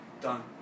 done